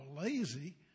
lazy